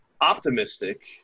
optimistic